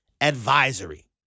advisory